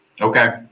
Okay